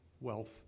wealth